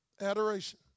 Adoration